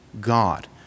God